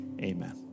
amen